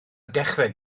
dechrau